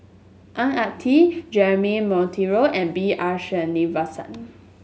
Ang Ah Tee Jeremy Monteiro and B R Sreenivasan